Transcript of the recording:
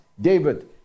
David